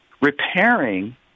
repairing